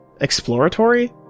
exploratory